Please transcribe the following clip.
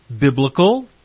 biblical